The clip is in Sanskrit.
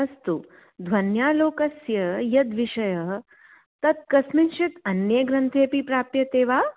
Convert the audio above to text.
अस्तु ध्वन्यालोकस्य यद्विषयः तत् कस्मिञ्चित् अन्ये ग्रन्थेपि प्राप्यते वा